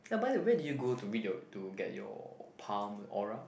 ya by the way did you go to read your to get your palm aura